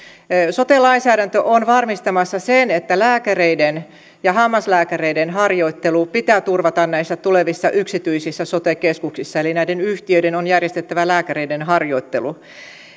sote lainsäädäntö on varmistamassa sen että lääkäreiden ja hammaslääkäreiden harjoittelu pitää turvata näissä tulevissa yksityisissä sote keskuksissa eli näiden yhtiöiden on järjestettävä lääkäreiden harjoittelu